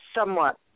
somewhat